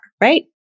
right